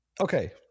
Okay